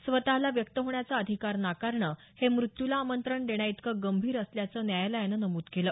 स्वतला व्यक्त होण्याचा अधिकार नाकारणं हे मृत्यूला आमंत्रण देण्याइतकं गंभीर असल्याचं न्यायालयानं नमूद केलं